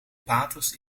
paters